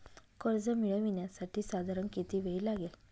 कर्ज मिळविण्यासाठी साधारण किती वेळ लागेल?